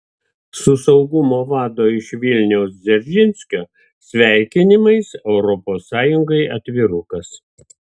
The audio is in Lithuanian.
su saugumo vado iš vilniaus dzeržinskio sveikinimais europos sąjungai atvirukas